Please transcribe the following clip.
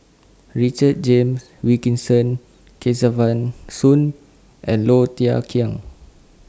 Richard James Wilkinson Kesavan Soon and Low Thia Khiang